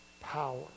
power